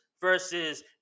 versus